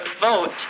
vote